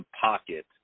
pocket